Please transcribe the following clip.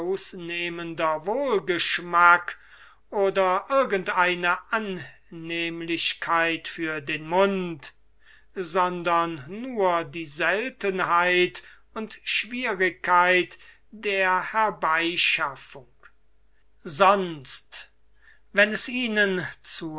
ausnehmender wohlgeschmack oder irgend eine annehmlichkeit für den mund sondern die seltenheit und schwierigkeit der herbeischaffung sonst wenn es ihnen